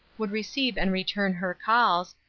would receive and return her calls,